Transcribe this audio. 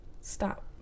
stop